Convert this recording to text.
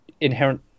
inherent